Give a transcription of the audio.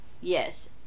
Yes